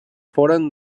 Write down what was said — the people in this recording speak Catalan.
foren